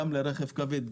גם לרכב כבד.